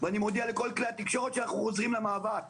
ואני מודיע לכל כלי התקשורת שאנחנו חוזרים למאבק.